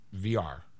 VR